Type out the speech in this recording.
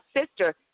sister